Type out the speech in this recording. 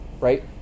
right